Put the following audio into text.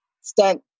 stunt